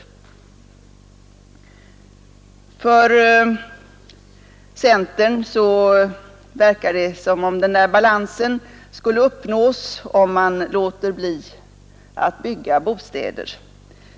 Enligt centern verkar det som om den här balansen skulle uppnås om man låter bli att bygga bostäder.